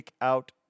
out